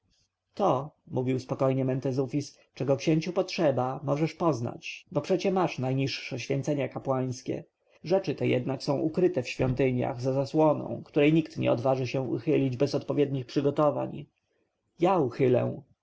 to mówił spokojnie mentezufis czego księciu potrzeba możesz poznać bo przecie masz najniższe święcenia kapłańskie rzeczy te jednak są ukryte w świątyniach za zasłoną której nikt nie odważy się uchylić bez odpowiednich przygotowań ja uchylę